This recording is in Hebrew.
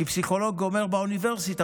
כי פסיכולוג גומר באוניברסיטה,